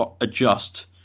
adjust